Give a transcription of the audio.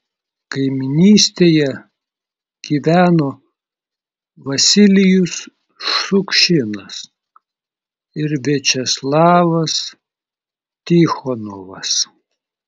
kaimynystėje gyveno vasilijus šukšinas ir viačeslavas tichonovas